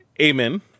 Amen